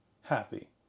happy